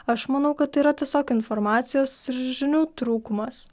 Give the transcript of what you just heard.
aš manau kad tai yra tiesiog informacijos ir žinių trūkumas